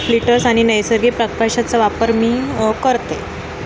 fritters आणि नैसर्गिक प्रकाशाचा वापर मी करते